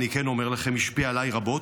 דמותו השפיעה עליי רבות,